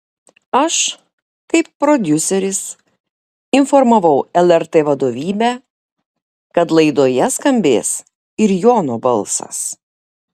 aš kaip prodiuseris informavau lrt vadovybę kad laidoje skambės ir jono balsas